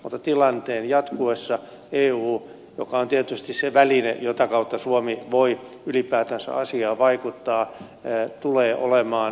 mutta tilanteen jatkuessa eu joka on tietysti se väline jota kautta suomi voi ylipäätänsä asiaan vaikuttaa tulee olemaan